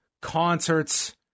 concerts